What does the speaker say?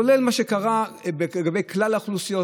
כולל מה שקרה לגבי כלל האוכלוסיות,